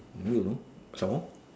who you know some more